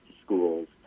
schools